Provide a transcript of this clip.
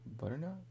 Butternut